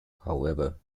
however